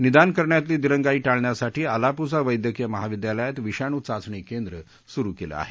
निदान करण्यातली दिरंगाई टाळण्यासाठी आलापुझा वद्धकीय महाविद्यालयात विषाणू चाचणी केंद्र सुरु केलं आहे